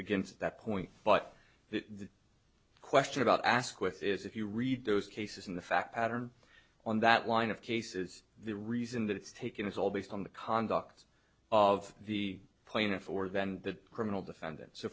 begins at that point but that question about asquith is if you read those cases and the fact pattern on that line of cases the reason that it's taken is all based on the conduct of the plaintiff or than that criminal defendant